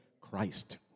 Christ